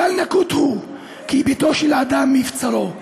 כלל נקוט הוא כי ביתו של אדם, מבצרו.